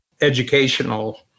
educational